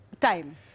time